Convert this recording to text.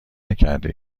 نکرده